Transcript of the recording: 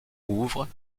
ouvrent